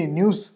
News